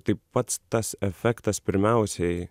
tai pats tas efektas pirmiausiai